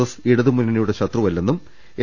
S ഇടതുമുന്നണിയുടെ ശത്രുവല്ലെന്നും N